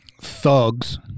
thugs